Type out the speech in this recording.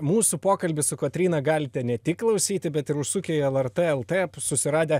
mūsų pokalbį su kotryna galite ne tik klausyti bet ir užsukę į lrt lt susiradę